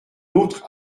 autre